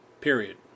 Period